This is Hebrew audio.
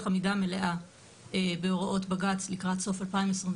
עמידה מלאה בהוראות בג"צ לקראת סוף 2022,